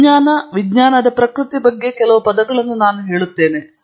ವಿಜ್ಞಾನ ವಿಜ್ಞಾನದ ಪ್ರಕೃತಿ ಬಗ್ಗೆ ಕೆಲವು ಪದಗಳನ್ನು ನಾನು ಹೇಳುತ್ತೇನೆ